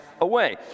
away